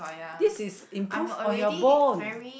this is improve on your bone